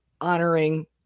honoring